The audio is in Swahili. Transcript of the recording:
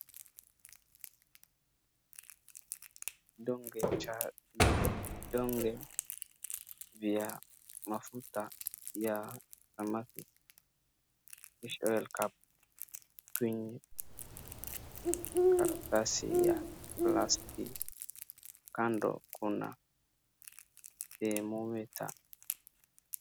Ndonge cha vidonge vya mafuta ya samaki. fish oil cap . kwenye karatasi ya plastic . kando kuna thermometer .